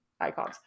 icons